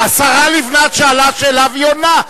השרה לבנת שאלה שאלה והיא עונה.